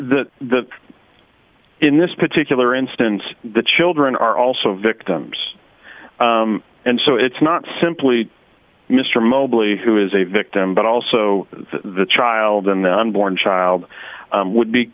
that the in this particular instance the children are also victims and so it's not simply mr mobley who is a victim but also the child in the unborn child would be